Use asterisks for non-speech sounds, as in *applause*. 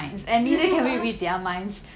*laughs* ya